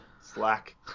Slack